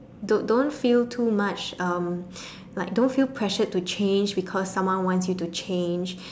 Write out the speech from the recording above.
don't don't feel too much um like don't feel pressured to change because someone wants you to change